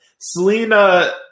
Selena